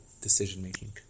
decision-making